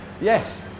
yes